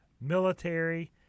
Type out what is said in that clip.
military